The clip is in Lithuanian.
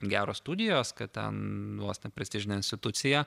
geros studijos kad ten vos ne prestižinė institucija